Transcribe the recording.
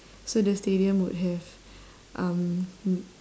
so the stadium would have um